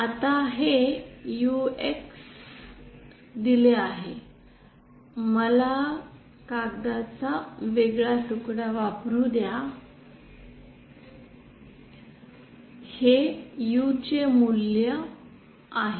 आता हे UX दिले आहे मला कागदाचा वेगळा तुकडा वापरु द्या हे U चे मूल्य आहे